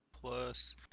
plus